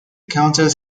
countess